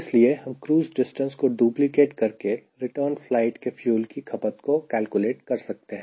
इसलिए हम cruise distance को डुप्लीकेट करके रिटर्न फ्लाइट के फ्यूल की खपत को कैलकुलेट करते हैं